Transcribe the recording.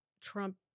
Trump